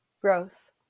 growth